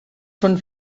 són